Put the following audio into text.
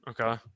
Okay